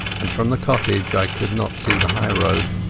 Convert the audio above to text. and from the cottage i could not see the highroad.